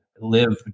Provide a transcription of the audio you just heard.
live